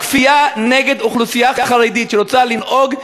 הכפייה נגד אוכלוסייה חרדית שרוצה לנהוג,